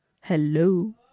Hello